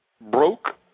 broke